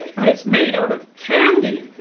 but it's made out of candy!